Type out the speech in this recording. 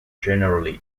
generally